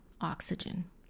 oxygen